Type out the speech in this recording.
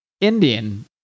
indian